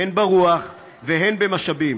הן ברוח והן במשאבים.